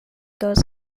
goes